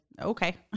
okay